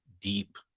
deep